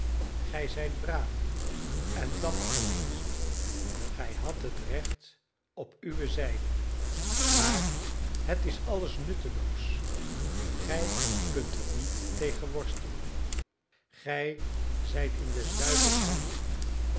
gij zijt braaf en dapper geweest gij hadt het recht op uwe zijde maar het is alles nutteloos gij kunt er niet tegen worstelen gij zijt in des duivels handen